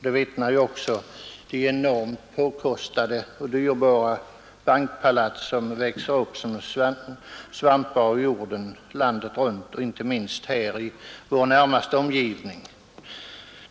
Det vittnar ju också de enormt påkostade och dyrbara bankpalatsen om som växer upp som svampar ur jorden runt om i landet, inte minst här i vår närmaste omgivning.